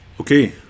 Okay